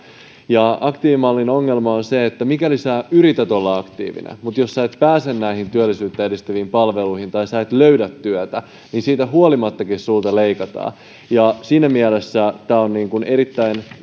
ja aktiivimallin ongelma on se että mikäli yrität olla aktiivinen mutta jos et pääse työllisyyttä edistäviin palveluihin tai et löydä työtä niin siitä huolimattakin sinulta leikataan siinä mielessä tämä on erittäin